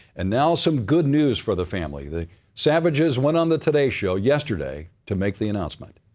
and now some good news for the family. the savages went on the today show yesterday to make the announcement.